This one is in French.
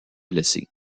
blessé